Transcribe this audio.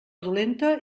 dolenta